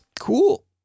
Cool